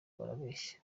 barabeshya